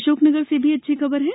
अशोकनगर से भी अच्छी खबर है